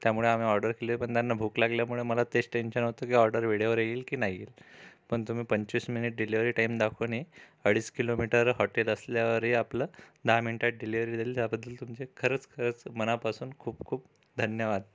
त्यामुळं आम्ही ऑर्डर केली पण त्यांना भूक लागल्यामुळं मला तेच टेन्शन होतं की ऑर्डर वेळेवर येईल की नाही येईल पण तुम्ही पंचवीस मिनिट डिलेव्हरी टाईम दाखवूनही अडीच किलोमीटर हॉटेल असल्यावरही आपलं दहा मिनटात डिलेव्हरी दिली त्याबद्दल तुमचे खरंच खरंच मनापासून खूप खूप धन्यवाद